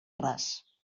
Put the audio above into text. ras